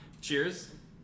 Cheers